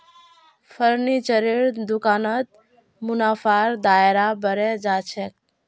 फर्नीचरेर दुकानत मुनाफार दायरा बढ़े जा छेक